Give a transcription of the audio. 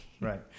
Right